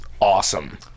awesome